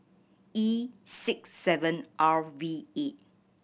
E six seven R V eight